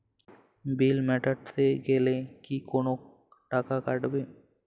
বিল মেটাতে গেলে কি কোনো টাকা কাটাবে?